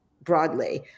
broadly